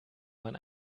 man